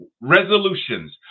resolutions